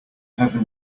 heaven